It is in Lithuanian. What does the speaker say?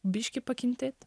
biškį pakentėt